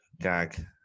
gag